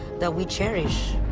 that we cherish.